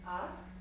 ask